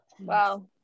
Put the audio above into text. wow